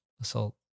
assault